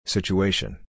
Situation